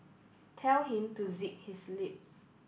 tell him to zip his lip